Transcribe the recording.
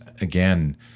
again